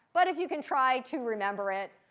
but if you can try to remember it,